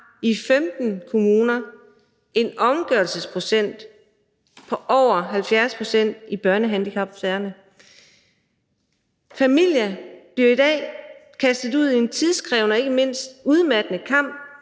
i 15 kommuner en omgørelsesprocent på over 70 i børnehandicapsagerne. Familier bliver i dag kastet ud i en tidskrævende og ikke mindst udmattende kamp